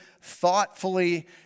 thoughtfully